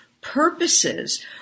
purposes